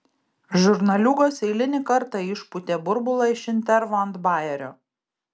žurnaliūgos eilinį kartą išpūtė burbulą iš intervo ant bajerio